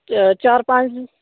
ਚਾਰ ਪੰਜ